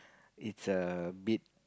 it's a bit